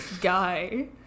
guy